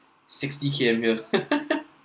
sixty K_M here